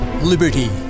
liberty